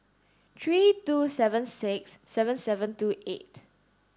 three two seven six seven seven two eight